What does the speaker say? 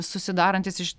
susidarantis iš